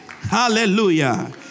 Hallelujah